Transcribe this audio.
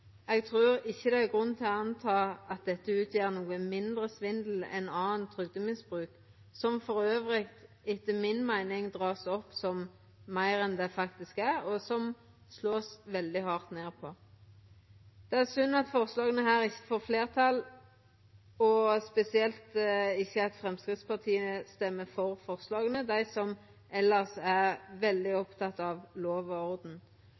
Eg trur ikkje det er grunn til å tru at dette utgjer noko mindre svindel enn annen trygdemisbruk, som etter mi meining vert trekt fram som meir enn det faktisk er, og som det vert slått veldig hardt ned på. Det er synd at mindretalsforslaga i saka ikkje får fleirtal – spesielt at Framstegspartiet, som elles er veldig opptekne av lov og orden,